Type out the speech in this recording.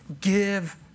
give